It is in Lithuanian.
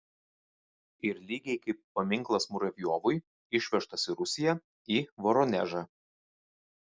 ir lygiai kaip paminklas muravjovui išvežtas į rusiją į voronežą